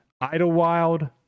Idlewild